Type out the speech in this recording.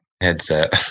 headset